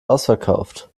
ausverkauft